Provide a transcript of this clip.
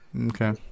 Okay